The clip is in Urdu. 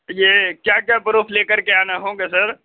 یہ کیا کیا پروف لے کر کے آنا ہوگا سر